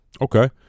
okay